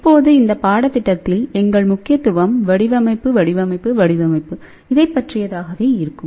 இப்போது இந்த பாடத்திட்டத்தில் எங்கள் முக்கியத்துவம் வடிவமைப்பு வடிவமைப்பு மற்றும் வடிவமைப்பு அதைப்பற்றியதாகவே இருக்கும்